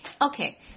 Okay